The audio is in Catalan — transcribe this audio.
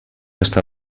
està